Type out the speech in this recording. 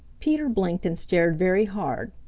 peter blinked and stared very hard.